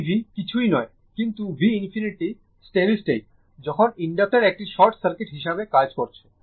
এই v কিছুই নয় কিন্তু v ∞ স্টেডি স্টেট যখন ইনডাক্টর একটি শর্ট সার্কিট হিসাবে কাজ করছে